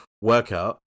workout